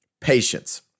patience